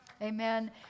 amen